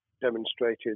demonstrated